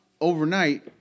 overnight